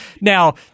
Now